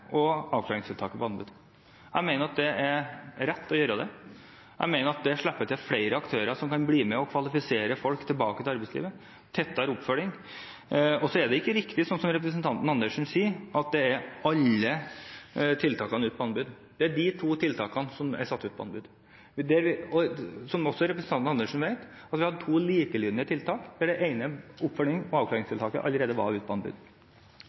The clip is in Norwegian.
og avklaringstiltaket ut på anbud. Jeg mener at det er rett å gjøre det. Jeg mener at det slipper til flere aktører, som kan bli med og kvalifisere folk tilbake til arbeidslivet og gi tettere oppfølging. Så er det ikke riktig, som representanten Andersen sier, at alle tiltakene er ute på anbud. Det er de to tiltakene som er satt ut på anbud. Som også representanten Andersen vet, har vi to likelydende tiltak, der det ene oppfølgings- og avklaringstiltaket allerede var ute på anbud.